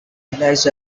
realised